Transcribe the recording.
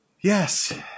Yes